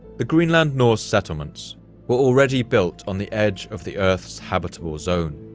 the greenland norse settlements were already built on the edge of the earth's habitable zone.